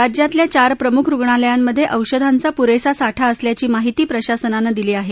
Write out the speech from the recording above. राज्यातल्या चार प्रमुख रुग्णालयांमध्ये औषधांचा पुरेसा साठा असल्याची माहिती प्रशासनानं दिली आहे